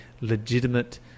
legitimate